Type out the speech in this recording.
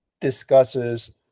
discusses